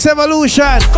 Evolution